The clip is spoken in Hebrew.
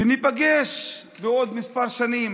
וניפגש בעוד כמה שנים.